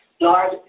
Lord